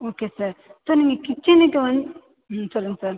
okay sir sir நீங்கள் கிச்சனுக்கு வந் ம் சொல்லுங்கள் சார்